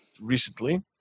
recently